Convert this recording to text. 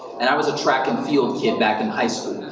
and i was a track and field kid back in high school.